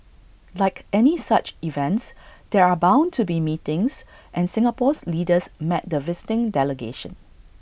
like any such events there are bound to be meetings and Singapore's leaders met the visiting delegation